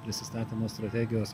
prisistatymo strategijos